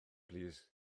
plîs